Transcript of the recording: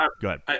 good